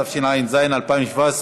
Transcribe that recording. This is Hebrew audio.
התשע"ז 2017,